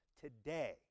today